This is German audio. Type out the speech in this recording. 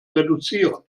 reduzieren